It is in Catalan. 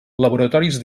laboratoris